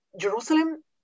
Jerusalem